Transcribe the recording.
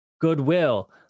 goodwill